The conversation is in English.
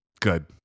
Good